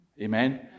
Amen